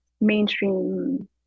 mainstream